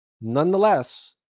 nonetheless